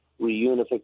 reunification